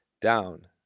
down